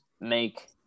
make